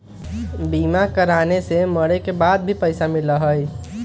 बीमा कराने से मरे के बाद भी पईसा मिलहई?